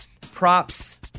Props